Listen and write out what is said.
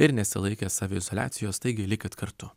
ir nesilaikė saviizoliacijos taigi likit kartu